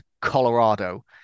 Colorado